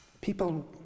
people